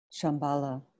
Shambhala